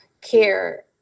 care